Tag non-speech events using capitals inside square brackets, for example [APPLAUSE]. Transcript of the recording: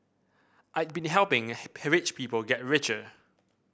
I'd been helping [UNINTELLIGIBLE] rich people get richer